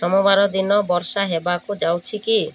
ସୋମବାର ଦିନ ବର୍ଷା ହେବାକୁ ଯାଉଛି କି